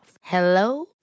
Hello